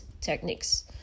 techniques